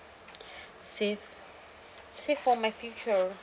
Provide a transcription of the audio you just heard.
save save for my future